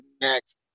next